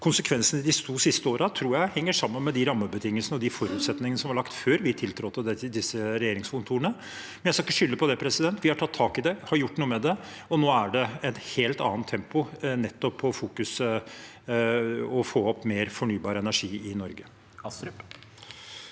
Konsekvensene disse to siste årene tror jeg henger sammen med de rammebetingelsene og de forutsetningene som var lagt før vi tiltrådte regjeringskontorene. Jeg skal ikke skylde på det – vi har tatt tak i det, har gjort noe med det, og nå er det et helt annet tempo nettopp når det gjelder søkelyset på å få opp mer fornybar energi i Norge.